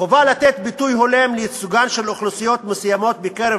החובה לתת ביטוי הולם לייצוגן של אוכלוסיות מסוימות בקרב